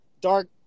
dark